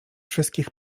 wszystkich